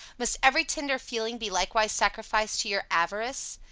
must every tender feeling be likewise sacrificed to your avarice?